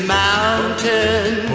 mountain